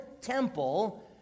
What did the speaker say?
temple